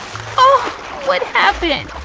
ah what happened?